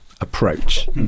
approach